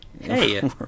hey